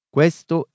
Questo